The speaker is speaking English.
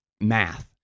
Math